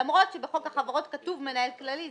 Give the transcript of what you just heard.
למרות שבחוק החברות כתוב מנהל כללי.